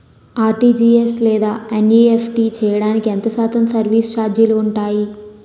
RTGS లేదా NEFT చేయడానికి ఎంత శాతం సర్విస్ ఛార్జీలు ఉంటాయి?